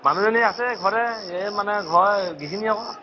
মানুহজনী আছে ঘৰতে এই মানে ঘৰৰ গৃহিনী আকৌ